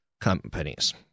companies